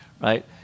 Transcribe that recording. right